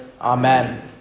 Amen